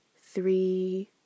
three